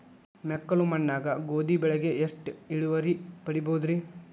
ಮೆಕ್ಕಲು ಮಣ್ಣಾಗ ಗೋಧಿ ಬೆಳಿಗೆ ಎಷ್ಟ ಇಳುವರಿ ಪಡಿಬಹುದ್ರಿ?